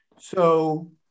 So-